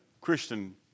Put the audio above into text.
Christian